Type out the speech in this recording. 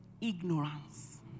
Ignorance